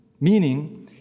Meaning